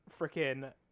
freaking